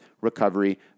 recovery